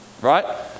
right